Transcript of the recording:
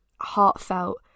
heartfelt